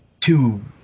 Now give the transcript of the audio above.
two